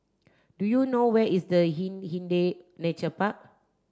do you know where is the Hindhede Nature Park